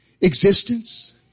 existence